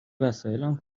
وسایلم